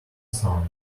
sound